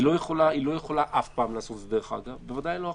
היא אף פעם לא יכולה לעשות את זה ובוודאי לא עכשיו.